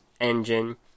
Engine